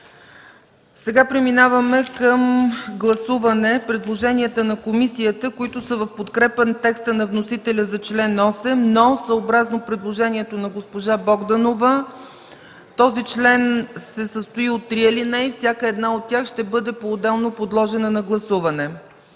Сега преминаваме към гласуване предложенията на комисията, които са в подкрепа текста на вносителя за чл. 8, но съобразно предложението на госпожа Богданова този член се състои от три алинеи, всяка една от тях ще бъде поотделно подложена на гласуване.